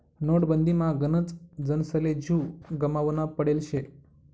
नोटबंदीमा गनच जनसले जीव गमावना पडेल शे